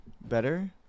better